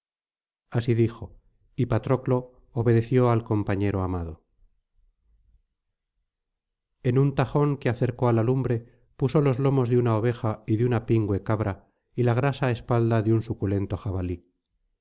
así dijo y patroclo obedeció al compañero amado en un tajón que acercó á la lumbre puso los lomos de una oveja y de una pingüe cabra y la grasa espalda de un suculento jabalí